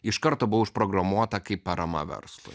iš karto buvo užprogramuota kaip parama verslui